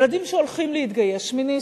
ילדים שהולכים להתגייס, שמיניסטים,